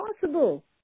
possible